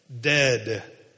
Dead